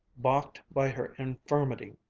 balked by her infirmity,